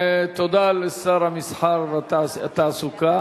תודה לשר התעשייה, המסחר והתעסוקה.